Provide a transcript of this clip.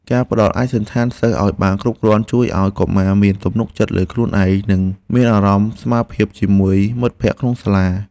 ការផ្តល់ឯកសណ្ឋានសិស្សឱ្យបានគ្រប់គ្រាន់ជួយឱ្យកុមារមានទំនុកចិត្តលើខ្លួនឯង និងមានអារម្មណ៍ស្មើភាពជាមួយមិត្តភក្តិក្នុងសាលា។